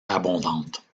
abondante